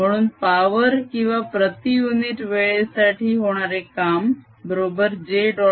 म्हणून पावर किंवा प्रती युनिट वेळेसाठी होणारे काम बरोबर j